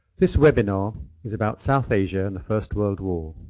this webinar is about south asia and the first world war.